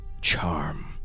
Charm